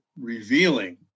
revealing